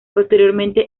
posteriormente